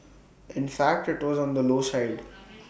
in fact IT was on the low side